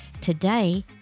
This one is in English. Today